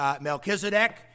Melchizedek